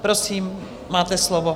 Prosím, máte slovo.